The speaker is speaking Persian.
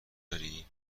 داری